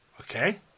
okay